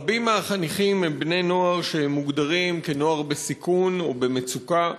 רבים מהחניכים הם בני-נוער שמוגדרים כנוער בסיכון או במצוקה,